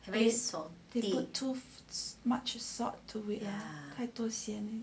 they put too much salt into it 太过咸